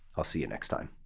i'll see you next time.